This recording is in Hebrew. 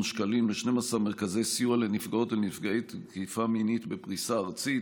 שקלים ל-12 מרכזי סיוע לנפגעות ונפגעי תקיפה מינית בפריסה ארצית,